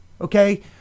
okay